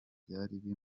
by’abaturage